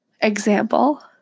example